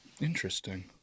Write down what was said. Interesting